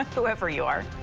whoever you are.